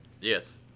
Yes